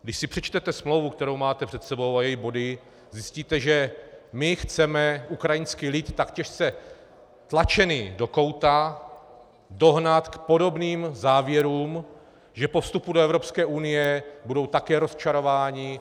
Když si přečtete smlouvu, kterou máte před sebou, a její body, zjistíte, že my chceme ukrajinský lid, tak těžce tlačený do kouta, dohnat k podobným závěrům, že po vstupu do Evropské unie budou také rozčarováni.